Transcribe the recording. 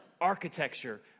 architecture